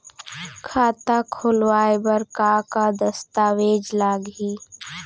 खाता खोलवाय बर का का दस्तावेज लागही?